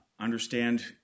Understand